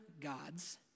gods